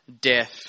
death